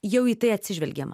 jau į tai atsižvelgiama